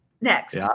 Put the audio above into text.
next